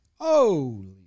Holy